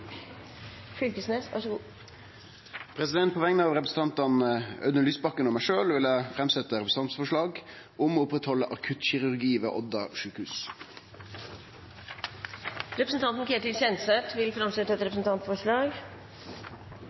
På vegner av representanten Audun Lysbakken og meg sjølv vil eg setje fram eit representantforslag om å oppretthalde akuttkirurgi ved Odda sjukehus. Representanten Ketil Kjenseth vil framsette et representantforslag.